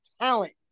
talent